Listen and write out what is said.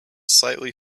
slightly